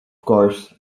course